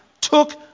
took